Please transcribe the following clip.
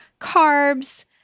carbs